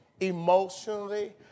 Emotionally